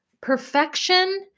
Perfection